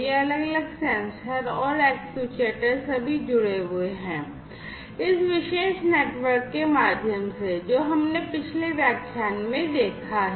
ये अलग अलग सेंसर और एक्ट्यूएटर सभी जुड़े हुए हैं इस विशेष नेटवर्क के माध्यम से जो हमने पिछले व्याख्यान में देखा हैं